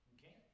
Okay